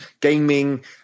gaming